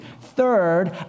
Third